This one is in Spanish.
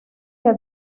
que